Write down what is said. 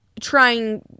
trying